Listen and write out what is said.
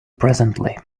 presently